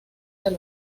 del